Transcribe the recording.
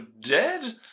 dead